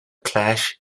clash